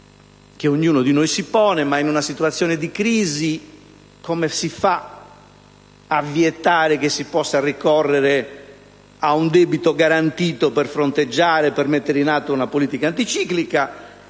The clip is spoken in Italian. che ognuno di noi si pone è: in una situazione di crisi come si fa a vietare che si possa ricorrere a un debito garantito per fronteggiare e per mettere in atto una politica anticiclica?